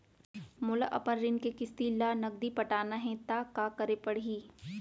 मोला अपन ऋण के किसती ला नगदी पटाना हे ता का करे पड़ही?